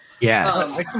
Yes